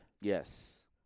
Yes